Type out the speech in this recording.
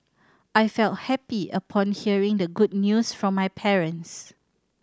I felt happy upon hearing the good news from my parents